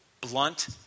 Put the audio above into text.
blunt